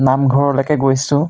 নামঘৰলৈকে গৈছোঁ